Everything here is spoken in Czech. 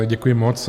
Děkuji moc.